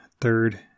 third